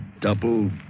double